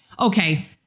Okay